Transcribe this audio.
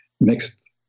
Next